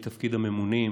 מתפקיד הממונים,